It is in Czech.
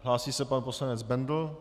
Hlásí se pan poslanec Bendl.